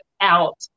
out